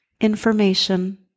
information